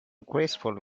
graceful